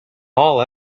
all